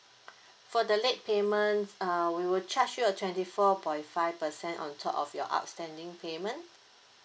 for the late payment uh we will charge you a twenty four point five percent on top of your outstanding payment